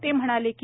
ते म्हणाले की